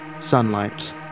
sunlight